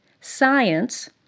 Science